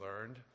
learned